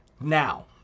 Now